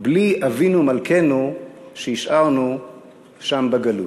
בלי אבינו מלכנו שהשארנו שם בגלות.